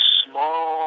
small